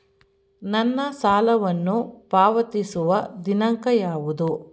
ನನ್ನ ಸಾಲವನ್ನು ಪಾವತಿಸುವ ದಿನಾಂಕ ಯಾವುದು?